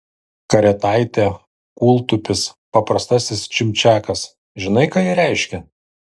karetaitė kūltupis paprastasis čimčiakas žinai ką jie reiškia